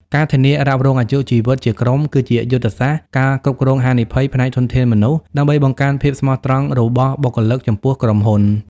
ការធានារ៉ាប់រងអាយុជីវិតជាក្រុម គឺជាយុទ្ធសាស្ត្រ ការគ្រប់គ្រងហានិភ័យ ផ្នែកធនធានមនុស្ស ដើម្បីបង្កើនភាពស្មោះត្រង់របស់បុគ្គលិកចំពោះក្រុមហ៊ុន។